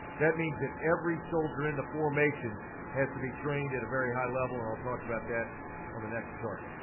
that means that every soldier in the formation has to be trained at a very high level. and i'll talk about that on the next chart.